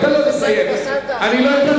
חבר הכנסת